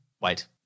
Wait